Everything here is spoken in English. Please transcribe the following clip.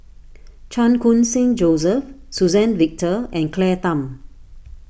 Chan Khun Sing Joseph Suzann Victor and Claire Tham